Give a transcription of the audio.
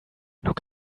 look